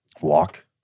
walk